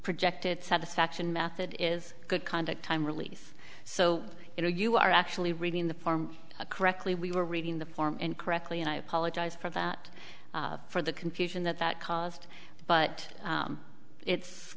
projected satisfaction method is good conduct time release so you know you are actually reading the form correctly we were reading the form incorrectly and i apologize for that for the confusion that that caused but it's